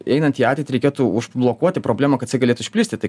einant į ateitį reikėtų užblokuoti problemą kad jisai galėtų išplisti tai